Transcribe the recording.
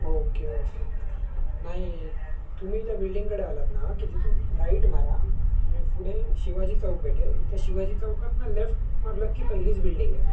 okay okay नाही तुम्ही त्या बिल्डिंगकडे आलात ना की तिथून राईट मारा आणि पुढे शिवाजी चौक भेटेल त्या शिवाजी चौकात ना लेफ्ट मारलं की पहिलीच बिल्डिंग आहे